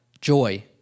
joy